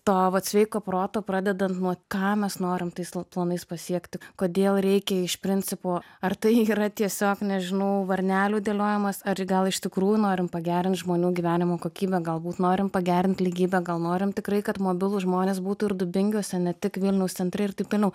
to vat sveiko proto pradedant nuo ką mes norim tais planais pasiekti kodėl reikia iš principo ar tai yra tiesiog nežinau varnelių dėliojimas ar gal iš tikrųjų norim pagerint žmonių gyvenimo kokybę galbūt norim pagerint lygybę gal norim tikrai kad mobilūs žmonės būtų ir dubingiuose ne tik vilniaus centre ir taip toliau